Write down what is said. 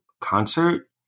concert